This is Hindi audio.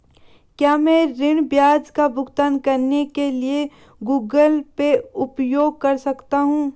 क्या मैं ऋण ब्याज का भुगतान करने के लिए गूगल पे उपयोग कर सकता हूं?